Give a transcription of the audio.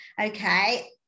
okay